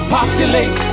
Populate